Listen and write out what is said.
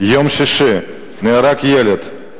ביום שישי נהרג ילד,